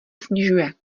snižuje